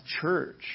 church